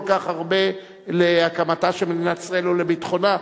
כך הרבה להקמתה של מדינת ישראל ולביטחונה.